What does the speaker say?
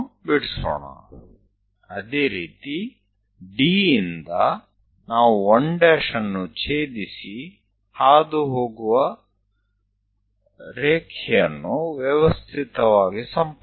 એક લીટી કે જે 1 માંથી પસાર થાય છે તે ત્યાં છેદશે